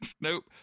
Nope